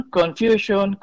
confusion